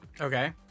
Okay